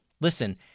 listen